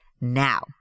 now